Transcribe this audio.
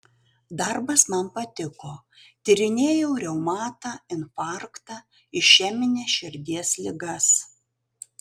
darbas man patiko tyrinėjau reumatą infarktą išemines širdies ligas